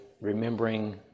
remembering